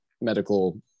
medical